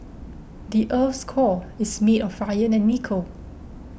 the earth's core is made of iron and nickel